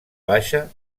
baixa